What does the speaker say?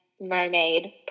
mermaid